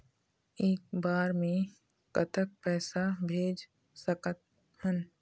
एक बार मे कतक पैसा भेज सकत हन?